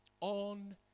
on